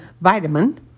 vitamin